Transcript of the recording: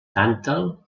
tàntal